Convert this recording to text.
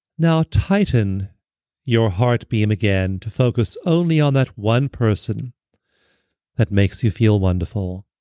now tighten your heart beam again to focus only on that one person that makes you feel wonderful